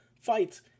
fights